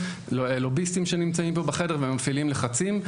ללוביסטים שנמצאים פה בחדר ומפעילים לחצים,